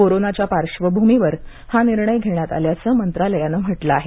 कोरोनाच्या पार्श्वभूमीवर हा निर्णय घेण्यात आल्याचं मंत्रालयानं म्हटलं आहे